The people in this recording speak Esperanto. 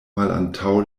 malantaŭ